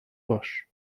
باش